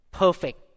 perfect